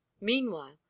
Meanwhile